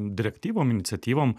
direktyvom iniciatyvom